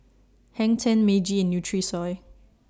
Hang ten Meiji and Nutrisoy